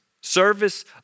Service